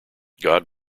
god